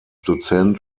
dozent